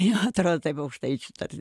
ja atrodo taip aukštaičių tarm